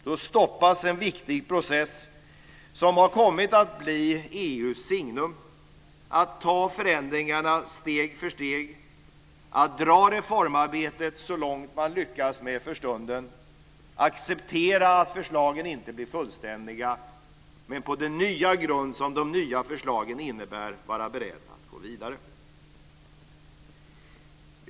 Då stoppas en viktig process som har kommit att bli EU:s signum, att ta förändringarna steg för steg, att dra reformarbetet så långt man lyckas för stunden, att acceptera att förslagen inte blir fullständiga men på den nya grund som de nya förslagen innebär vara beredd att gå vidare.